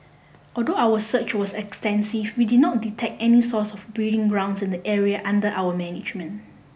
although our search was extensive we did not detect any source or breeding grounds in the areas under our management